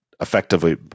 effectively